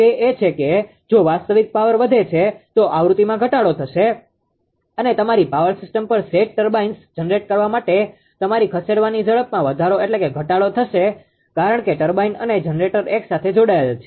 તે એ છે કે જો વાસ્તવિક પાવર વધે છે તો આવૃત્તિમાં ઘટાડો થશે અને તમારી પાવર સિસ્ટમ પર સેટ ટર્બાઇન્સ જનરેટ કરવા માટે તમારી ખસેડવાની ઝડપમાં ઘટાડો થશે કારણ કે ટર્બાઇન અને જનરેટર એકસાથે જોડાયેલા છે